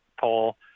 poll